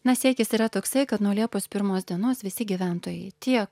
na siekis yra toksai kad nuo liepos pirmos dienos visi gyventojai tie